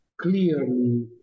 clearly